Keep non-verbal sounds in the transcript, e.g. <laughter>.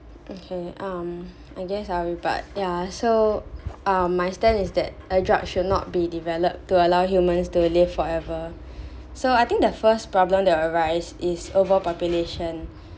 okay um I guess I'll rebutt yeah so um my stand is that a drug should not be developed to allow humans to live forever <breath> so I think the first problem that will arise is overpopulation <breath>